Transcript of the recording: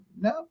no